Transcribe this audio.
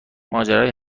ماجرای